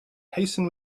hasten